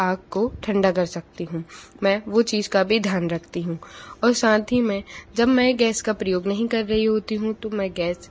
आग को ठंडा कर सकती हूँ मैं वो चीज का भी ध्यान रखती हूँ और साथ ही मैं जब मैं गैस का प्रयोग नहीं कर रही होती हूँ तो मैं गैस